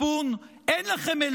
אין לכם צפון?